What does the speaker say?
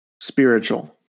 spiritual